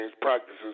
practices